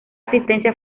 asistencia